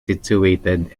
situated